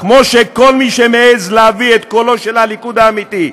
כמו כל מי שמעז להביא את קולו של הליכוד האמיתי.